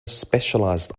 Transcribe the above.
specialised